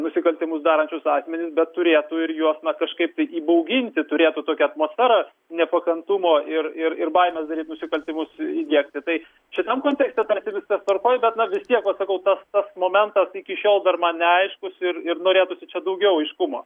nusikaltimus darančius asmenis bet turėtų ir juos na kažkaip tai įbauginti turėtų tokią atmosferą nepakantumo ir ir ir baimės daryt nusikaltimus įdiegti tai šitam kontekste tarsi viskas tvarkoj bet na vistiek vat sakau tas tas momentas iki šiol dar man neaiškus ir ir norėtųsi čia daugiau aiškumo